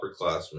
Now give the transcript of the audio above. upperclassmen